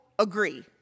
Agree